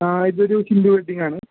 ആ ഇതൊരു ഹിന്ദു വെഡിങ് ആണു